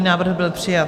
Návrh byl přijat.